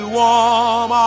warm